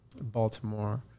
Baltimore